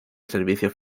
servicios